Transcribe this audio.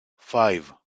five